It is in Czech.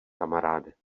kamaráde